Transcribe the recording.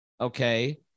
okay